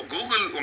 Google